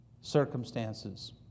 circumstances